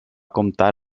comptar